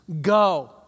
Go